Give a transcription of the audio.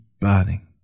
burning